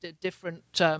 different